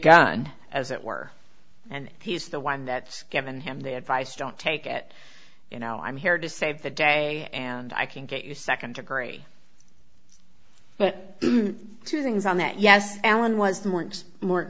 gun as it were and he's the one that's given him the advice don't take it you know i'm here to save the day and i can get your second degree but two things on that yes alan